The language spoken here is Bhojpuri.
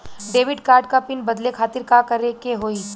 डेबिट कार्ड क पिन बदले खातिर का करेके होई?